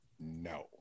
no